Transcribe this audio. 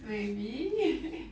maybe